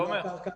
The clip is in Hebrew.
תומר.